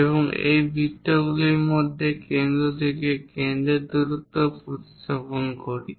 এবং এই বৃত্তগুলির মধ্যে কেন্দ্র থেকে কেন্দ্রের দূরত্বও উপস্থাপন করি